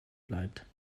bleibt